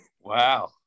Wow